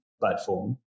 platform